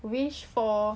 wish for